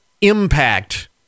impact